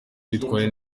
bitwaye